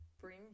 bring